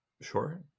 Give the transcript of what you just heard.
Sure